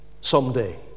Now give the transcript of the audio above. someday